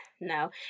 no